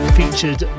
featured